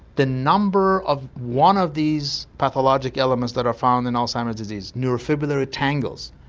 the number of one of these pathological elements that are found in alzheimer's disease, neurofibular ah tangles,